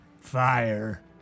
fire